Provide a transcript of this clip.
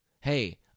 Hey